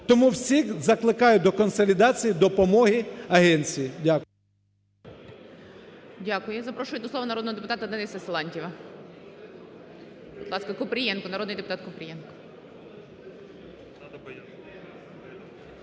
Тому всіх закликаю до консолідації, допомоги Агенції. Дякую.